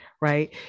right